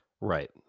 right